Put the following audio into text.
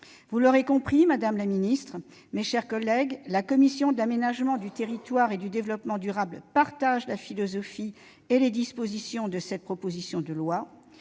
Vous l'aurez compris, madame la secrétaire d'État, mes chers collègues, la commission de l'aménagement du territoire et du développement durable partage la philosophie qui inspire les dispositions de cette proposition de loi.